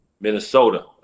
Minnesota